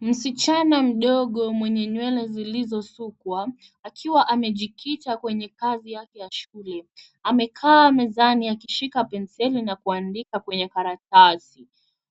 Msichana mdogo mwenye nywele zilizosukwa akiwa amejikita kwenye kazi yake ya shule. Amekaa mezani akishika penseli na kuandika kwenye karatasi.